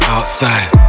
Outside